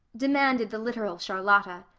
demanded the literal charlotta.